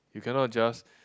you cannot just